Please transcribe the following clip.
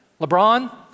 LeBron